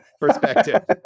perspective